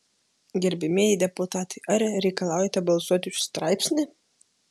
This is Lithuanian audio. gerbiamieji deputatai ar reikalaujate balsuoti už straipsnį